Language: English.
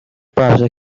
browser